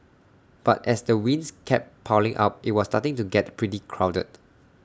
but as the wins kept piling up IT was starting to get pretty crowded